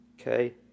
Okay